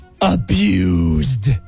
abused